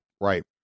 Right